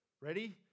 Ready